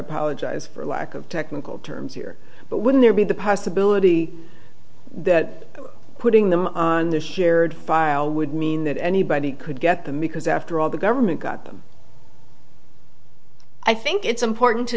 apologize for lack of technical terms here but wouldn't there be the possibility that putting them on the shared file would mean that anybody could get them because after all the government got them i think it's important to